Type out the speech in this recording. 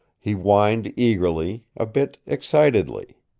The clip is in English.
he whined eagerly, a bit excitedly.